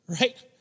right